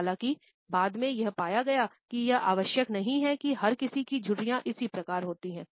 हालांकि बाद में यह पाया गया कि यह आवश्यक नहीं है कि हर किसी की झुर्रियाँ इसी प्रकार होती हैं